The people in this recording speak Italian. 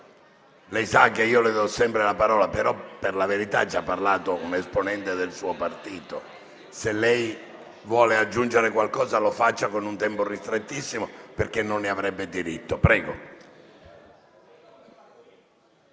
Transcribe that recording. lei sa che le do sempre la parola, ma per la verità ha già parlato un esponente del suo partito. Se lei vuole aggiungere qualcosa, lo faccia in un tempo ristrettissimo, perché non ne avrebbe diritto. BOCCIA